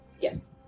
Yes